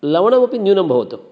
लवणमपि न्यूनं भवतु